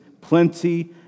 plenty